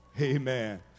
Amen